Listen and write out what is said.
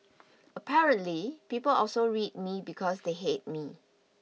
apparently people also read me because they hate me